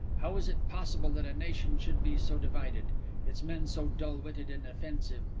how is it possible that a nation should be so divided its men so dull-witted and offensive,